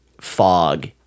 fog